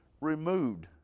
removed